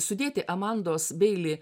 sudėti amandos beili